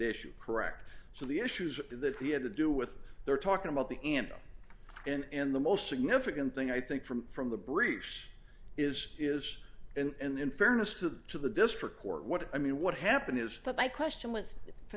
issue correct so the issues that he had to do with they're talking about the and and the most significant thing i think from from the briefs is is and in fairness to the to the district court what i mean what happened is that my question was for